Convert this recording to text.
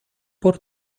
пор